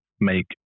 make